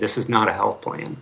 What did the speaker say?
this is not a health plan